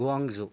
Guangzhou